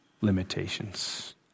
limitations